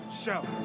shout